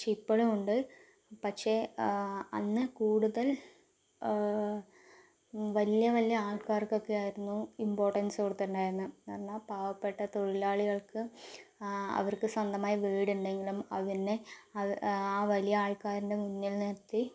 പക്ഷേ ഇപ്പോഴുമുണ്ട് പക്ഷേ അന്ന് കൂടുതൽ വലിയ വലിയ ആൾക്കാർക്കൊക്കെ ആയിരുന്നു ഇംപോർട്ടൻസ് കൊടുത്തിട്ടുണ്ടായിരുന്നത് കാരണം പാവപ്പെട്ട തൊഴിലാളികൾക്ക് അവർക്ക് സ്വന്തമായി വീടുണ്ടെങ്കിലും അതിനെ ആ വലിയ ആൾക്കാരുടെ മുന്നിൽ നിർത്തി